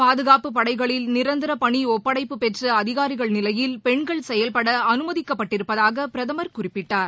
பாதுகாப்புப்படைகளில் நிரந்தரபணிஒப்படைப்பு பெற்றஅதிகாரிகள் நிலையில் பெண்கள் செயல்படஅனுமதிக்கப்பட்டிருப்பதாகபிரதமர் குறிப்பிட்டார்